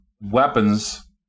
weapons